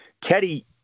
Teddy